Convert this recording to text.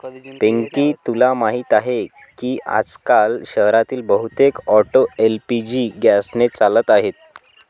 पिंकी तुला माहीत आहे की आजकाल शहरातील बहुतेक ऑटो एल.पी.जी गॅसने चालत आहेत